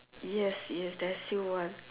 yes yes there's still one